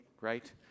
right